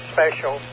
Special